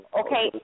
okay